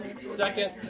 second